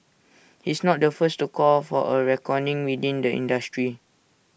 he's not the first to call for A reckoning within the industry